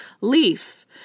leaf